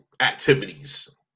activities